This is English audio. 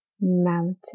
mountain